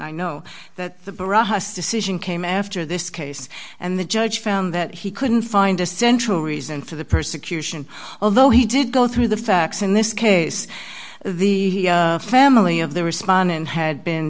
us decision came after this case and the judge found that he couldn't find a central reason for the persecution although he did go through the facts in this case the family of the respondent had been